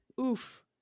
oof